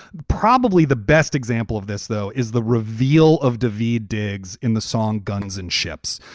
probably the best example of this, though, is the reveal of daveed diggs in the song guns and ships,